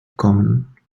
bekommen